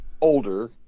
older